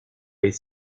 est